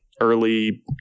early